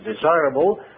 desirable